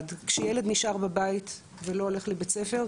- כשילד נשאר בבית ולא הולך לבית הספר,